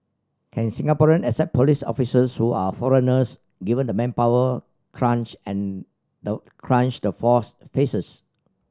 can Singaporean accept police officers who are foreigners given the manpower crunch and the crunch the force faces